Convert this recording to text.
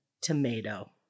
tomato